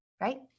Right